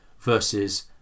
versus